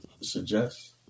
suggest